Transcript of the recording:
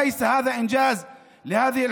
וזהו לא הישג של הממשלה הזאת אלא המשך